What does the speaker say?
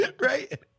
Right